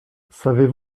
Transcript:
savez